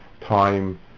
time